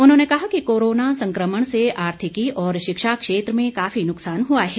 उन्होंने कहा कि कोरोना संक्रमण से आर्थिकी और शिक्षा क्षेत्र में काफी नुकसान हुआ है